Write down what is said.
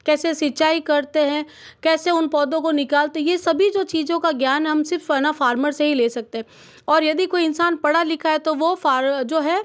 कैसे सिंचाई करते हैं कैसे उन पौधों को निकालते ये सभी जो चीज़ें का ज्ञान हम सिर्फ है ना फार्मर से ही ले सकते हैं और यदि कोई इंसान पढ़ा लिखा है तो वह जो है